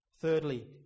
Thirdly